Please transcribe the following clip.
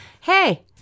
hey